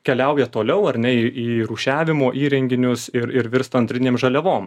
keliauja toliau ar ne į rūšiavimo įrenginius ir ir virsta antrinėm žaliavom